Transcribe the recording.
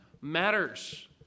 matters